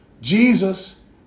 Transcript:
Jesus